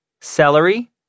celery